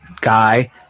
guy